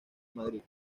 madrid